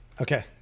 Okay